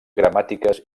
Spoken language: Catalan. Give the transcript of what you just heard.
gramàtiques